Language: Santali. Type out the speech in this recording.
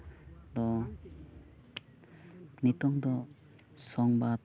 ᱛᱚ ᱱᱤᱛᱳᱝ ᱫᱚ ᱥᱚᱢᱵᱟᱫ